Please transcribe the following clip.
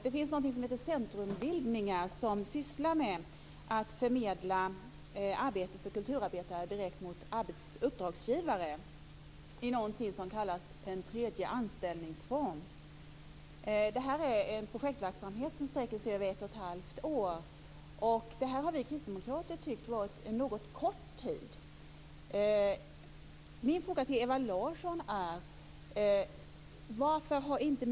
Det finns något som heter centrumbildningar, som sysslar med att förmedla arbeten för kulturarbetare direkt från uppdragsgivare. Det är något som kallas en tredje anställningsform. Det här är en projektverksamhet som sträcker sig över ett och ett halvt år. Vi kristdemokrater har tyckt att det här är en något kort tid.